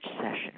session